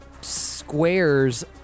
squares